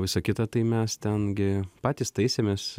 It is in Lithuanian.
visa kita tai mes ten gi patys taisėmes